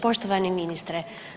Poštovani ministre.